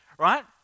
Right